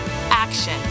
Action